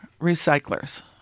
recyclers